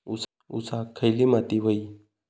ऊसाक खयली माती व्हयी?